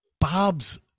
Bob's